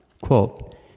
quote